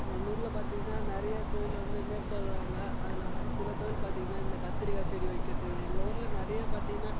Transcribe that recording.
எங்கள் ஊரில் பார்த்தீங்கனா நிறைய தொழில் வந்து மேற்கொள்கிறாங்க அதில் வந்து சில தொழில் பார்த்தீங்கனா இந்த கத்திரிக்காய் செடி வைக்கிறது எங்கள் ஊரில் நிறையா பார்த்தீங்கனா